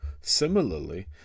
Similarly